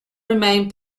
remain